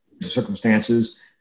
circumstances